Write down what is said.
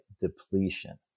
depletion